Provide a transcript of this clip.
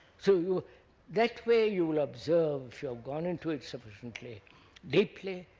so that way you will observe, if you have gone into it sufficiently deeply,